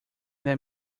that